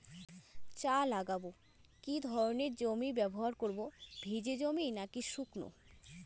চা লাগাবো কি ধরনের জমি ব্যবহার করব ভিজে জমি নাকি শুকনো?